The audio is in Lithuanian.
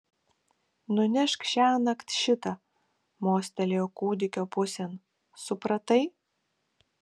nunešk šiąnakt šitą mostelėjo kūdikio pusėn supratai